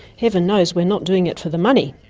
heaven knows we're not doing it for the money.